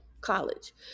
college